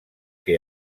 que